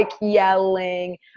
yelling